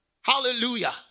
Hallelujah